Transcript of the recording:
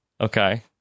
Okay